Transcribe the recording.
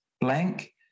blank